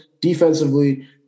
Defensively